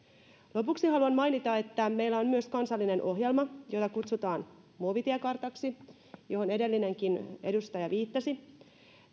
lopuksi haluan mainita että meillä on myös kansallinen ohjelma jota kutsutaan muovitiekartaksi ja johon edellinenkin edustaja viittasi